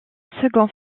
second